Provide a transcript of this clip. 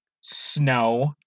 snow